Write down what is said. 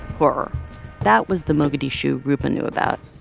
horror that was the mogadishu roopa knew about.